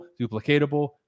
duplicatable